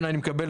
אני מקבל,